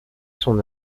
son